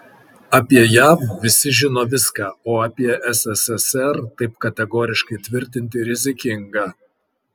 apie jav visi žino viską o apie sssr taip kategoriškai tvirtinti rizikinga